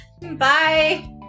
Bye